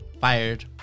fired